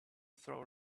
throw